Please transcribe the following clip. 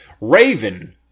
Raven